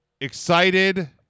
excited